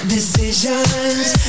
Decisions